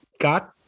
got